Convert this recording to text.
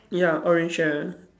ya orange chair